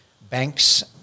banks